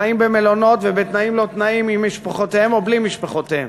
חיים במלונות ובתנאים-לא-תנאים עם משפחותיהם או בלי משפחותיהם.